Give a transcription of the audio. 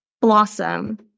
blossom